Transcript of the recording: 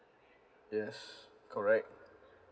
yes correct